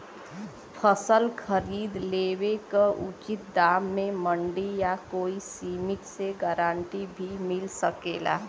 फसल खरीद लेवे क उचित दाम में मंडी या कोई समिति से गारंटी भी मिल सकेला?